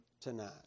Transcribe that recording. tonight